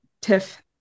Tiff